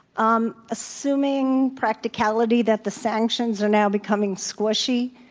um assuming practicality that the sanctions are now becoming squishy,